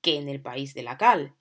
que en el país de la cal